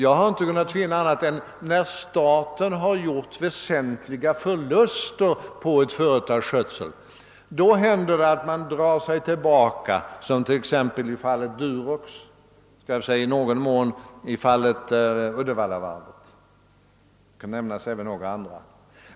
Jag har inte kunnat finna annat än att det blott är i fall där staten gjort väsentliga förluster på ett företags skötsel som det kan hända att man drar sig tillbaka, såsom t.ex. i fallet Durox och i någon mån i fallet Uddevallavarvet. Även några andra exempel kan nämnas.